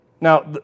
Now